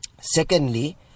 secondly